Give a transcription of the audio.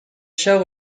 show